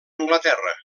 anglaterra